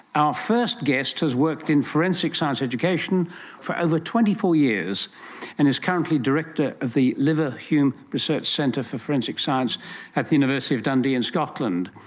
our first guest has worked in forensic science education for over twenty four years and is currently director of the leverhulme research centre for forensic science at the university of dundee in scotland.